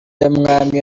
y’umwami